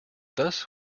thus